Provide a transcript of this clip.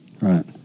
Right